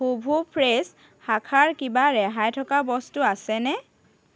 হুভু fresh শাখাৰ কিবা ৰেহাই থকা বস্তু আছেনে